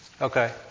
Okay